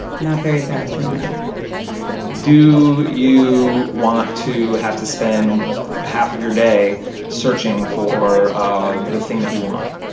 not very badly, no do you want to have to spend half of your day searching for ah the thing that you want?